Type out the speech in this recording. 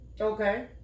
Okay